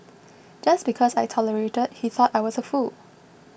just because I tolerated he thought I was a fool